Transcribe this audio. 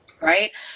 Right